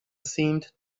seemed